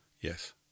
yes